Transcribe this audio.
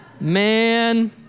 Man